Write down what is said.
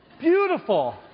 beautiful